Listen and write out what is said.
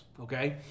okay